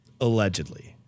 Allegedly